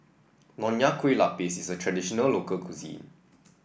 Nonya Kueh Lapis is a traditional local cuisine